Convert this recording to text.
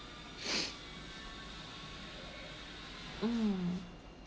mm